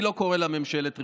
אני לא קורא לה ממשלת ריפוי,